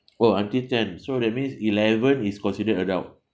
!wow! until ten so that means eleven is considered adult